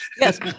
Yes